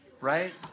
right